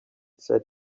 said